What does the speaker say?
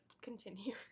Continue